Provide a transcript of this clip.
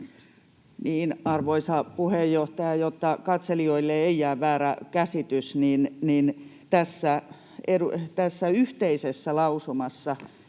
Arvoisa puheenjohtaja! Jotta katselijoille ei jää väärää käsitystä, niin totean, että tässä yhteisessä lausumassa,